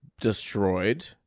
destroyed